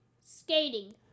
Skating